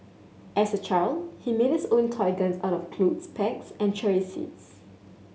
as a child he made his own toy guns out of clothes pegs and cherry seeds